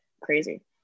crazy